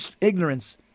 ignorance